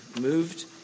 Moved